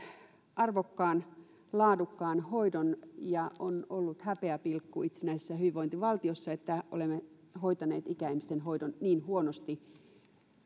arvokkaan laadukkaan hoidon ja on ollut häpeäpilkku itsenäisessä hyvinvointivaltiossa että olemme hoitaneet ikäihmisten hoidon niin huonosti